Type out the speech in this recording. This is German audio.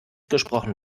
gesprochen